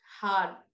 hard